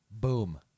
Boom